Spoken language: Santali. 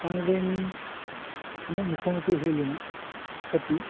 ᱠᱟᱨᱚᱱ ᱫᱚᱧ ᱤᱧᱟᱹᱜ ᱢᱩᱠᱷᱟᱹ ᱢᱩᱠᱷᱤ ᱦᱩᱭ ᱞᱮᱱᱟ ᱦᱟᱹᱛᱤ